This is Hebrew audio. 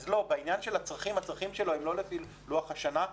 אז הצרכים הם לא לפי לוח השנה,